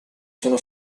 sono